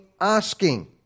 asking